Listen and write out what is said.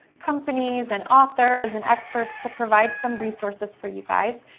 companies, and authors, and experts to provide some resources for you guys.